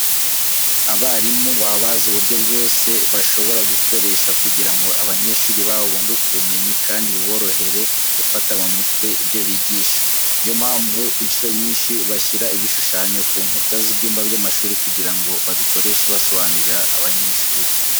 Abarimu baba bazi uburyo bwose bashobora gukoresha kugira ngo abanyeshuri babo bunguke ubumenyi kandi biborohere gufata mu mutwe ibyo bigisha. Niyo mpamvu incuro nyinshi bashyira ibishushanyo ku nkuta z'ibyumba by'amashuri kugira ngo babikoreshe basobanurira abanyeshuri.